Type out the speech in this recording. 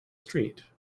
street